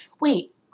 Wait